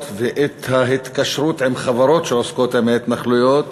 ואת ההתקשרות עם חברות שעוסקות עם ההתנחלויות,